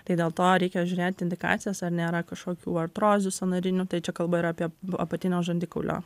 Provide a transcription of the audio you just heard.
tai dėl to reikia žiūrėt indikacijas ar nėra kažkokių artrozių sąnarinių tai čia kalba yra apie apatinio žandikaulio